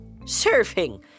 Surfing